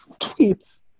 tweets